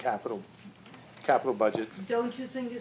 capital capital budget don't you think